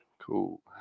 Cool